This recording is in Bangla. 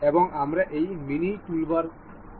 এবং আমরা এই মিনি টুলবারে OK ক্লিক করব